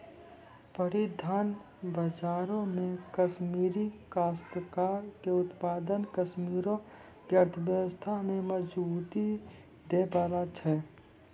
परिधान बजारो मे कश्मीरी काश्तकार के उत्पाद कश्मीरो के अर्थव्यवस्था में मजबूती दै बाला छै